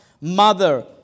mother